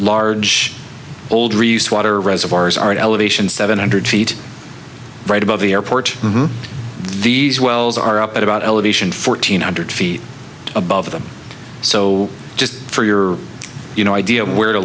large old reduced water reservoirs are at elevation seven hundred feet right above the airport these wells are up at about elevation fourteen hundred feet above them so just for your you know idea of where to